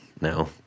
no